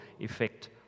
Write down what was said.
effect